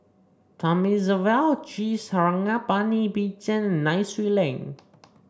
Thamizhavel G Sarangapani Bill Chen Nai Swee Leng